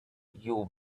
you